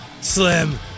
Slim